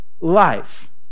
life